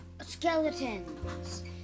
skeletons